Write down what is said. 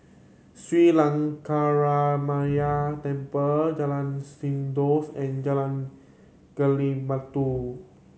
Sri Lankaramaya Temple Jalan Sindors and Jalan Gali Batu